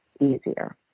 easier